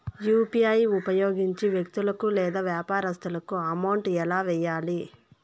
UPI ఉపయోగించి వ్యక్తులకు లేదా వ్యాపారస్తులకు అమౌంట్ ఎలా వెయ్యాలి